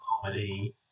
comedy